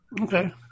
Okay